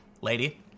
lady